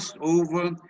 over